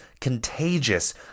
contagious